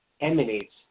emanates